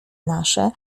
nasze